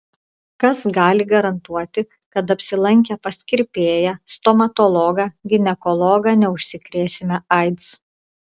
kas gali garantuoti kad apsilankę pas kirpėją stomatologą ginekologą neužsikrėsime aids